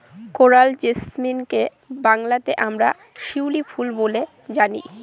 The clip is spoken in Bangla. কোরাল জেসমিনকে বাংলাতে আমরা শিউলি ফুল বলে জানি